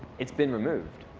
it's been removed.